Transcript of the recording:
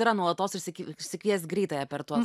yra nuolatos išsik išsikviest greitąją per tuos